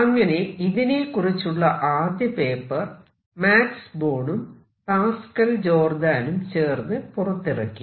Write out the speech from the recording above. അങ്ങനെ ഇതിനെക്കുറിച്ചുള്ള ആദ്യ പേപ്പർ മാക്സ് ബോണും പാസ്കൽ ജോർദാനും ചേർന്ന് പുറത്തിറക്കി